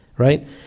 Right